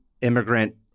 immigrant